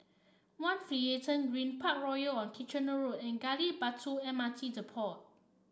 One Finlayson Green Parkroyal on Kitchener Road and Gali Batu M R T Depot